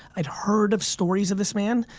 i'd heard of stories of this man.